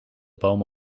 boom